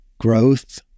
growth